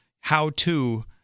how-to